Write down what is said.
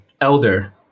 elder